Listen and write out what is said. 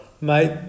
Mate